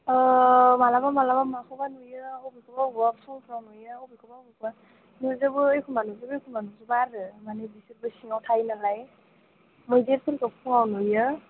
अ माब्लाबा माब्लाबा माखौ माखौबा नुयो बबेखौबा बबेबा फुंफ्राव नुयो बबेखौबा बबेबा नुजोबो एखम्बा नुजोबो एखम्बा नुजोबा आरो माने बिसोरबो सिङाव थायो नालाय मैदेरफोरखौ फुङाव नुयो